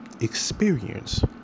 experience